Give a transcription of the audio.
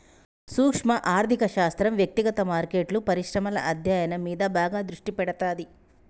సూక్శ్మ ఆర్థిక శాస్త్రం వ్యక్తిగత మార్కెట్లు, పరిశ్రమల అధ్యయనం మీద బాగా దృష్టి పెడతాది